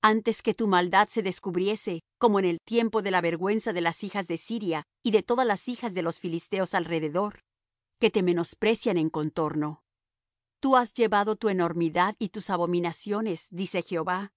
antes que tu maldad se descubriese como en el tiempo de la vergüenza de las hijas de siria y de todas las hijas de los filisteos alrededor que te menosprecian en contorno tú has llevado tu enormidad y tus abominaciones dice jehová